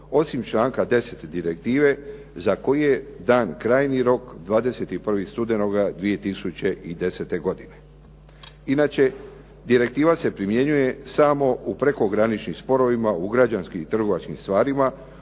osim članka 10. direktive za koji je dan krajnji rok 21. studenoga 2010. godine. Inače, direktiva se primjenjuje samo u prekograničnim sporovima u građanskim i trgovačkim stvarima